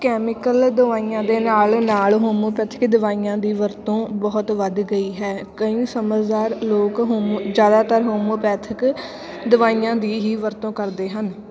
chemical ਦਵਾਈਆਂ ਦੇ ਨਾਲ ਨਾਲ ਹੋਮੋਪੈਥਿਕ ਦਵਾਈਆਂ ਦੀ ਵਰਤੋਂ ਬਹੁਤ ਵੱਧ ਗਈ ਹੈ ਕਈ ਸਮਝਦਾਰ ਲੋਕ ਹੋਮੋ ਜ਼ਿਆਦਾਤਰ ਹੋਮੋਪੈਥਿਕ ਦਵਾਈਆਂ ਦੀ ਹੀ ਵਰਤੋਂ ਕਰਦੇ ਹਨ